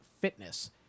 fitness